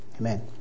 Amen